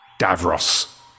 Davros